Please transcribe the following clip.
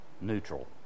neutral